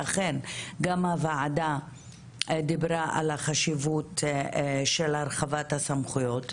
ואכן גם הוועדה דיברה על החשיבות של הרחבת הסמכויות.